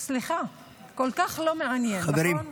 סליחה, כל כך לא מעניין, נכון?